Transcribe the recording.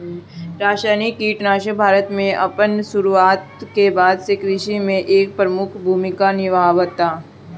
रासायनिक कीटनाशक भारत में अपन शुरुआत के बाद से कृषि में एक प्रमुख भूमिका निभावता